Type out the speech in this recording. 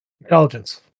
Intelligence